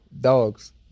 Dogs